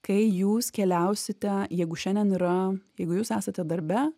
kai jūs keliausite jeigu šiandien yra jeigu jūs esate darbe